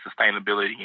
sustainability